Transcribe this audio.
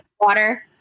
water